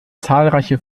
zahlreiche